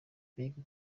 mbega